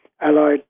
allied